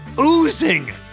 oozing